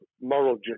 moral